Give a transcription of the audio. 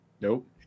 Nope